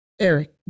Eric